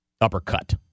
Uppercut